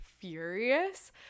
Furious